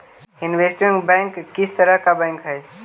investment bank किस तरह का बैंक हई